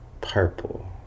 purple